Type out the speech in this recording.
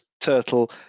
turtle